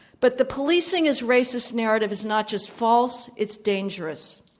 but the policing is racist narrative is not just false, it's dangerous.